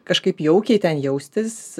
kažkaip jaukiai ten jaustis